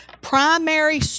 primary